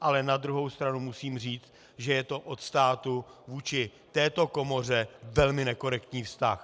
ale na druhou stranu musím říct, že je to od státu vůči této komoře velmi nekorektní vztah.